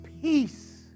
peace